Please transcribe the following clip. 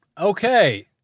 Okay